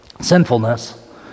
sinfulness